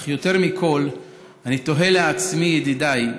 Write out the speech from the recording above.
אך יותר מכול אני תוהה לעצמי, ידידיי,